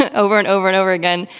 ah over and over and over again.